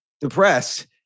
depressed